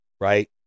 right